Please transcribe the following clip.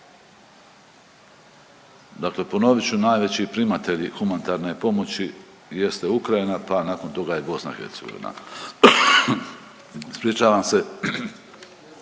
Dakle, ponovit ću najveći primatelji humanitarne pomoći jeste Ukrajina, pa nakon toga BiH.Evo već je spomenuto da